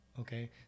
okay